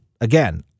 again